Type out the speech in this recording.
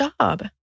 job